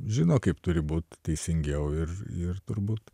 žino kaip turi būt teisingiau ir ir turbūt